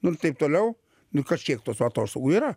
ir taip toliau nu ir kažkiek tos atostogų yra